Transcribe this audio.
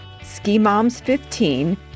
SKIMOMS15